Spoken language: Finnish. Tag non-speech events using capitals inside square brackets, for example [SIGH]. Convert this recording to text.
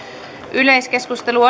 yleiskeskustelu [UNINTELLIGIBLE]